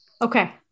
Okay